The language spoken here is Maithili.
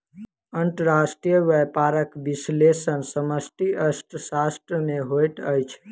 अंतर्राष्ट्रीय व्यापारक विश्लेषण समष्टि अर्थशास्त्र में होइत अछि